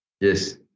Yes